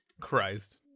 Christ